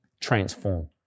transform